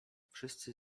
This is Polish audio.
wszyscy